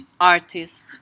artist